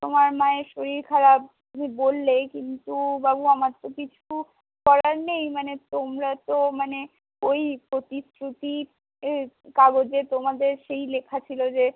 তোমার মায়ের শরীর খারাপ তুমি বললেই কিন্তু বাবু আমার তো কিছু করার নেই মানে তোমরা তো মানে ওই প্রতিশ্রুতির কাগজে তোমাদের সেই লেখা ছিল যে